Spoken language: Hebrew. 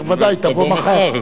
אומר: ודאי, תבוא מחר.